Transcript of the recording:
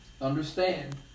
Understand